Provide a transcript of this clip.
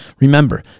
Remember